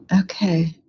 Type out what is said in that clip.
Okay